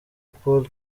paul